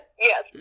Yes